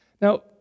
Now